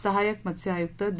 सहाय्यक मत्स्य आयुक्त दि